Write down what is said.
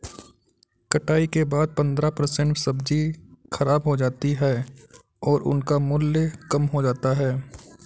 कटाई के बाद पंद्रह परसेंट सब्जी खराब हो जाती है और उनका मूल्य कम हो जाता है